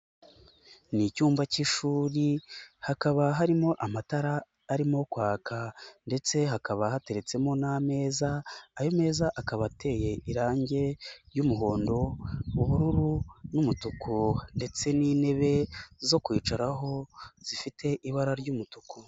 Ni icyumba cy'ishuri, hakaba harimo amatara arimo kwaka ndetse hakaba hateretsemo n'ameza, ayo meza akaba ateye irangi ry'umuhondo, ubururu n'umutuku ndetse n'intebe zo kwicaraho zifite ibara ry'umutuku.